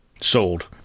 Sold